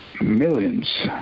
millions